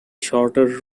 shorter